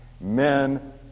Men